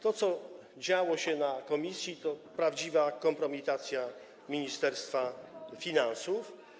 To, co działo się w komisji, to prawdziwa kompromitacja Ministerstwa Finansów.